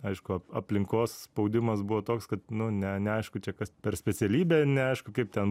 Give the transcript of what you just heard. aišku ap aplinkos spaudimas buvo toks kad nu ne neaišku kas per specialybė ir neaišku kaip ten